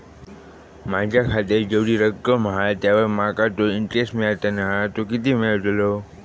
माझ्या खात्यात जेवढी रक्कम हा त्यावर माका तो इंटरेस्ट मिळता ना तो किती मिळतलो?